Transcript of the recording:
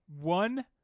One